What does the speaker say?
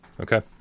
Okay